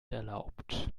erlaubt